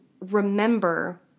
remember